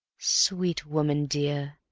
sweet woman dear,